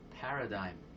paradigm